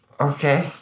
Okay